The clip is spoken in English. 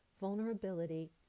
vulnerability